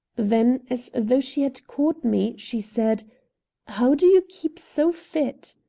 then, as though she had caught me, she said how do you keep so fit?